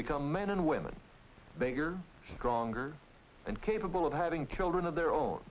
become men and women bigger wronger and capable of having children of their own